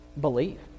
believe